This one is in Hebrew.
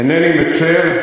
אינני מצר,